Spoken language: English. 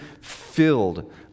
filled